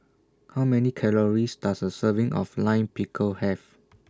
How Many Calories Does A Serving of Lime Pickle Have